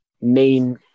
main